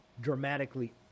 dramatically